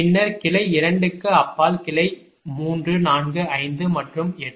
பின்னர் கிளை 2 க்கு அப்பால் கிளைகள் கிளை 3 4 5 மற்றும் 8